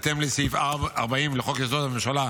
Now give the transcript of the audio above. בהתאם לסעיף 40 לחוק-יסוד: הממשלה,